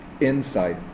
insight